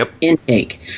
intake